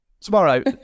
tomorrow